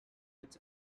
its